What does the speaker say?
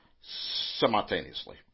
simultaneously